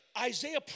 Isaiah